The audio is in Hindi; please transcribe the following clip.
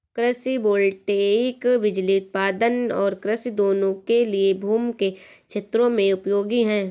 कृषि वोल्टेइक बिजली उत्पादन और कृषि दोनों के लिए भूमि के क्षेत्रों में उपयोगी है